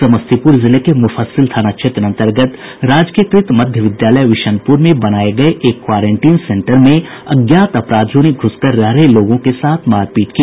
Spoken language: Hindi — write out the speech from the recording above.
समस्तीपुर जिले के मुफस्सिल थाना क्षेत्र अन्तर्गत राजकीयकृत मध्य विद्यालय विशनपुर में बनाये गये एक क्वारेंटीन सेंटर में अज्ञात अपराधियों ने घुसकर रह रहे लोगों के साथ मारपीट की